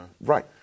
Right